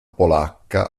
polacca